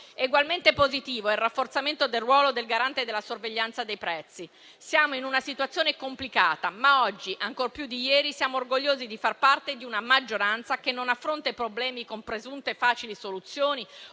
Egualmente positivo è il rafforzamento del ruolo del Garante per la sorveglianza dei prezzi. Siamo in una situazione complicata ma oggi, ancor più di ieri, siamo orgogliosi di far parte di una maggioranza che non affronta i problemi con presunte facili soluzioni